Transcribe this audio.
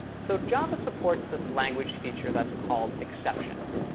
so java supports this language feature that's called exceptions.